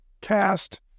cast